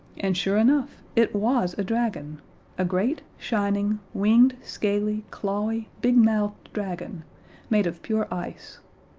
and, sure enough, it was a dragon a great, shining, winged, scaly, clawy, big-mouthed dragon made of pure ice.